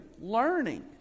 learning